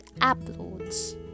uploads